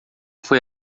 foi